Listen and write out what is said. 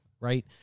Right